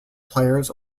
players